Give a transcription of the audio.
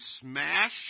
smash